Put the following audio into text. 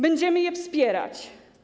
Będziemy je wspierać.